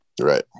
Right